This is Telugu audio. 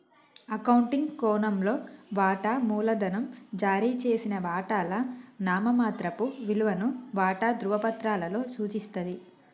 అకౌంటింగ్ కోణంలో, వాటా మూలధనం జారీ చేసిన వాటాల నామమాత్రపు విలువను వాటా ధృవపత్రాలలో సూచిస్తది